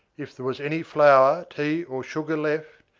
if there was any flour, tea, or sugar left,